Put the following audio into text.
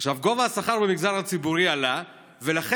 עכשיו,